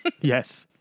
Yes